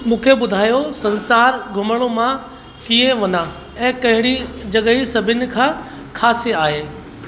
मुखे ॿुधायो संसार घुमणु मां कीअं वञा ऐं कहिड़ी जॻहि सभिनि खां ख़ासि आहे